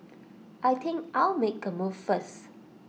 I think I'll make A move first